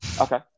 Okay